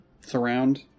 Surround